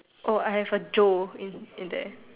oh I have a Joe in in there